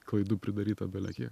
klaidų pridaryta belekiek